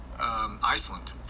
Iceland